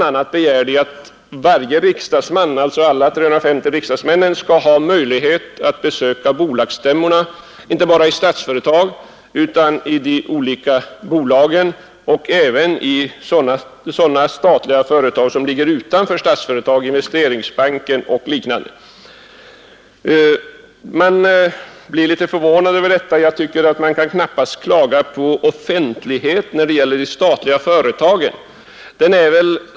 a. begär man att alla de 350 riksdagsmännen skall ha möjlighet att besöka bolagsstämmorna, inte bara i Statsföretag AB utan även i andra statliga bolag, t.ex. Investeringsbanken. Man blir litet förvånad över en sådan begäran. Man kan ju knappast klaga på offentligheten när det gäller de statliga företagen.